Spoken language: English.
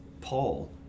Paul